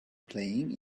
playing